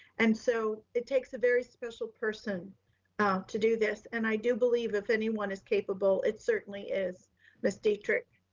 and so it takes a very special person ah to do this. and i do believe if anyone is capable, it certainly is ms. dietrick.